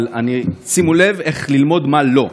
אבל שימו לב איך ללמוד מה לא,